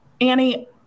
Annie